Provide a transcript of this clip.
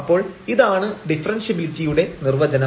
അപ്പോൾ ഇതാണ് ഡിഫറെൻഷ്യബിലിറ്റിയുടെ നിർവചനം